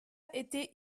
été